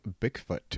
bigfoot